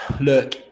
Look